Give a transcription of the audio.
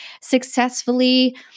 successfully